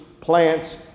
plants